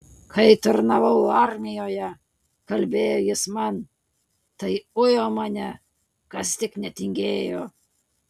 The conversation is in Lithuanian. kai tarnavau armijoje kalbėjo jis man tai ujo mane kas tik netingėjo